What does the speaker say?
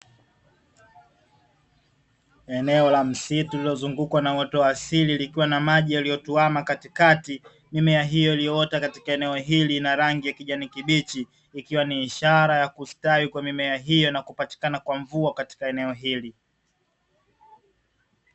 Eneo la msitu uliozungukwa na uoto wa asili, likiwa na maji yaliyotuama katikati, mimea hiyo iliyoota katika eneo hili ina rangi ya kijani kibichi. Ikiwa ni ishara ya kustawi kwa mimea hii na kupatikana kwa mvua katika eneo hili.